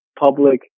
public